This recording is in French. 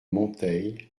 monteil